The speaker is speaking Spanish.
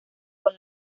con